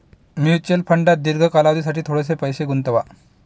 mutual फंडात दीर्घ कालावधीसाठी थोडेसे पैसे गुंतवा